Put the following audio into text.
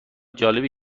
جالبی